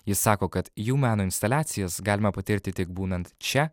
jis sako kad jų meno instaliacijas galima patirti tik būnant čia